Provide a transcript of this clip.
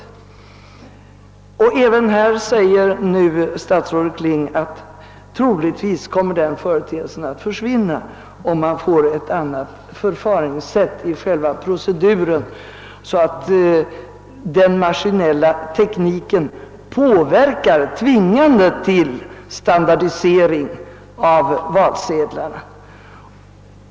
även på den punkten säger statsrådet Kling att den företeelsen troligtvis kommer att försvinna, om man får ett annat förfaringssätt vid själva proceduren, varvid den maski nella tekniken framtvingar standardisering av valsedlarna.